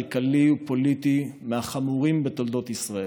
כלכלי ופוליטי מהחמורים בתולדות ישראל.